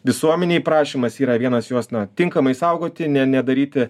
visuomenei prašymas yra vienas juos na tinkamai saugoti ne nedaryti